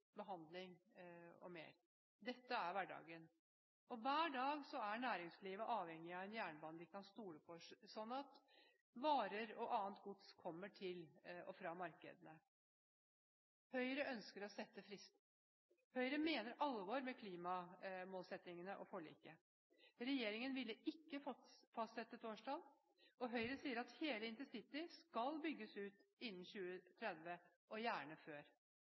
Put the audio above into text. behandling m.m. Dette er hverdagen. Hver dag er næringslivet avhengig av en jernbane de kan stole på, sånn at varer og annet gods kommer til og fra markedene. Høyre ønsker å sette en frist. Høyre mener alvor med klimamålsettingene og forliket. Regjeringen ville ikke fastsette et årstall. Høyre sier at hele intercity skal bygges ut innen 2030 og gjerne før.